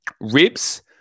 Ribs